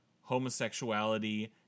homosexuality